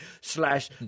slash